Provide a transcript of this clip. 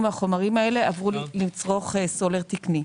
מהחומרים האלה עברו לצרוך סולר תקני,